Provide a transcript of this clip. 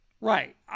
right